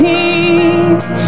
Peace